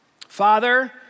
Father